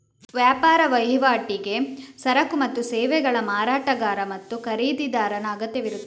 ವ್ಯಾಪಾರ ವಹಿವಾಟಿಗೆ ಸರಕು ಮತ್ತು ಸೇವೆಗಳ ಮಾರಾಟಗಾರ ಮತ್ತು ಖರೀದಿದಾರನ ಅಗತ್ಯವಿರುತ್ತದೆ